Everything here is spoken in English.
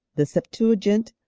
the septuagint,